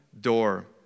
door